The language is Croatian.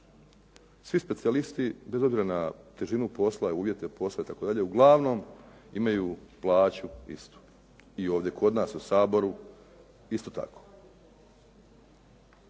svi specijalisti bez obzira na težinu posla i uvjete posla itd., uglavnom imaju plaću istu i ovdje kod nas u Saboru isto tako.